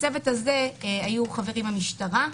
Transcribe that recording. בצוות הזה היו חברים המשטרה,